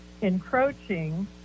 encroaching